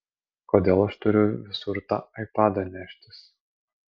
kodėl aš turiu visur tą aipadą neštis